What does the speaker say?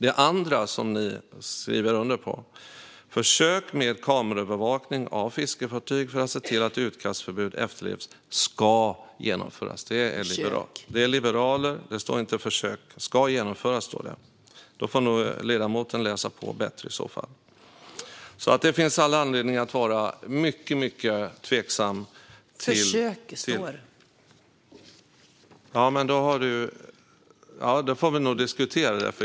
Det andra som ni skriver under på är att "försök med kameraövervakning av fiskefartyg för att se till att utkastförbudet efterlevs ska genomföras". : "Försök"!) Det står inte "försök". Det står att det ska genomföras. Ledamoten får nog läsa på bättre. Det finns alltså all anledning att vara mycket tveksam. : Det står "försök".) Då får vi nog diskutera det.